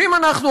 ואם אנחנו,